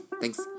Thanks